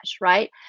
right